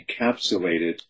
encapsulated